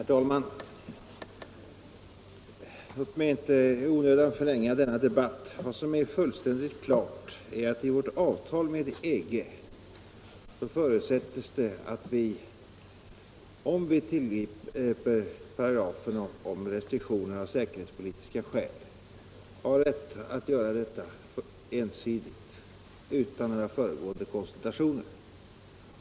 Herr talman! Jag skall inte i onödan förlänga denna debatt. Vad som är fullständigt klart är att det i vårt avtal med EG förutsätts att vi, om vi tillgriper paragrafen om restriktioner av säkerhetspolitiska skäl, har att göra detta ensidigt och utan några föregående konsultationer.